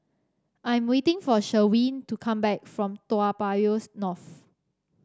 I'm waiting for Sherwin to come back from Toa Payoh North